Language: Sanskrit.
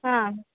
हा